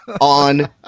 on